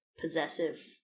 possessive